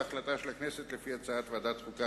בהחלטה של הכנסת לפי הצעת ועדת החוקה,